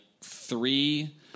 three